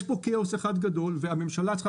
יש כאן כאוס אחד גדול והממשלה צריכה